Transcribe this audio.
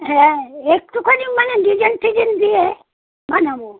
হ্যাঁ একটুখানিও মানে ডিজাইন টিজাইন দিয়ে বানাবো